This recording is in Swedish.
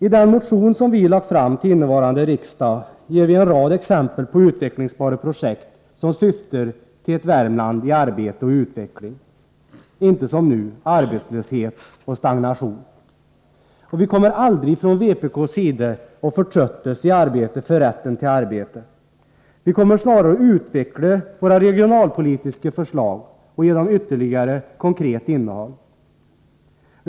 I min motion 2459 till innevarande riksdag ges en rad exempel på utvecklingsbara projekt som syftar till ett Värmland i arbete och utveckling, inte som nu arbetslöshet och stagnation. Vi kommer aldrig från vpk:s sida att förtröttas i arbetet för rätten till arbete. Vi kommer snarare att utveckla våra regionalpolitiska förslag och ge dem ytterligare konkret innehåll.